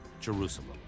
Jerusalem